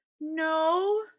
No